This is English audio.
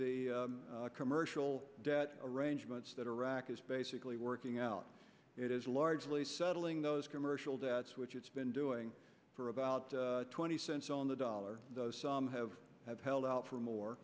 the commercial debt arrangements that iraq is basically working out it is largely settling those commercial debts which it's been doing for about twenty cents on the dollar though some have have held out for more